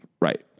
Right